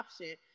option